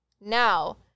Now